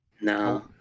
No